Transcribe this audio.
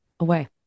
away